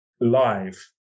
live